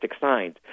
signs